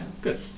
Good